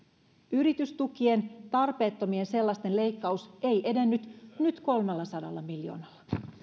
yritystukien tarpeettomien sellaisten leikkaus ei edennyt nyt leikataan kolmellasadalla miljoonalla